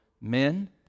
men